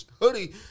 hoodie